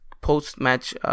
post-match